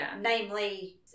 namely